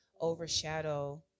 overshadow